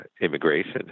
immigration